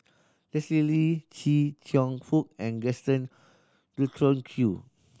Leslie Kee Chia Cheong Fook and Gaston Dutronquoy